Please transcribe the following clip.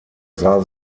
sah